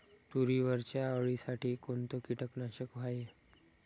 तुरीवरच्या अळीसाठी कोनतं कीटकनाशक हाये?